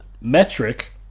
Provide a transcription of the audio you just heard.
Metric